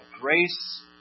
grace